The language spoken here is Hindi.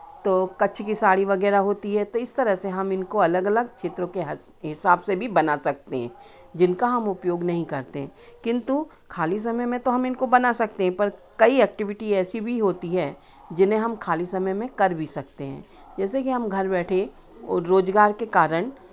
तो कच्छ की साड़ी वगैरह होती है तो इस तरह से हम इनको अलग अलग क्षेत्रों के हिसाब से भी बना सकते हैं जिनका हम उपयोग नहीं करते हैं किन्तु खाली समय में तो हम इनको बना सकते हैं पर कई ऐक्टिविटी ऐसी भी होती है जिन्हें हम खाली समय में कर भी सकते हैं जैसे कि हम घर बैठे वो रोज़गार के कारण